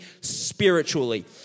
spiritually